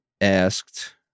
asked